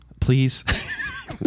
please